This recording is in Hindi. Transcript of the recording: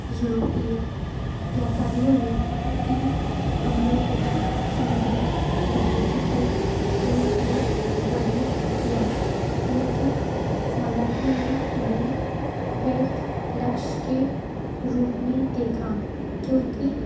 यूरोपीय व्यापारियों ने इन हमलों को समुद्री डकैती के रूप में वर्णित किया लेकिन मराठों ने उन्हें वैध लक्ष्य के रूप में देखा क्योंकि